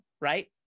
right